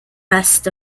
rest